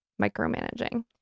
micromanaging